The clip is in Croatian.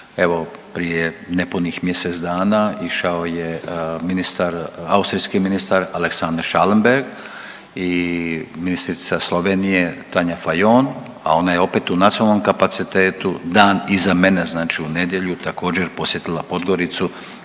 evo, prije nepunih mjesec dana išao je ministar, austrijski ministar Alexander Schallenberg i ministrica Slovenija Tanja Fajon, a ona je opet, u nacionalnom kapacitetu, dan iza mene znači u nedjelju, također, posjetila Podgoricu